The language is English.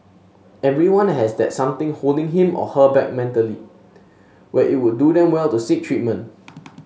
everyone has that something holding him or her back mentally where it would do them well to seek treatment